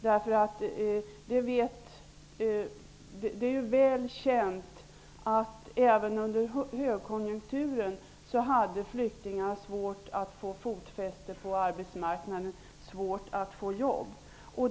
Det är väl känt att flyktingarna även under högkonjunkturen hade svårt att få fotfäste på arbetsmarknaden och hade svårt att få jobb.